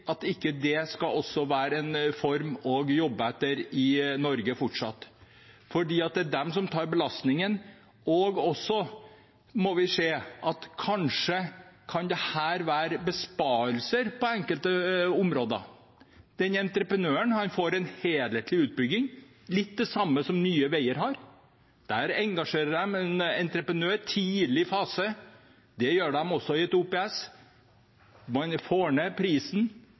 at ikke det fortsatt skal være en form å jobbe etter i Norge, for det er de som tar belastningen. Vi må også se at det kanskje kan være besparelser på enkelte områder. Entreprenøren får en helhetlig utbygging, litt som Nye Veier har. Der engasjerer de en entreprenør i tidlig fase. Det gjør de også i et OPS. Man får ned prisen,